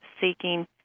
seeking